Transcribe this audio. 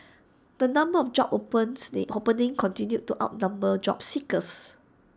the number of job openings continued to outnumber job seekers